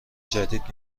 جدید